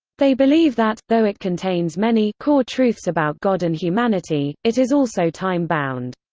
they believe that, though it contains many core-truths about god and humanity, it is also time bound.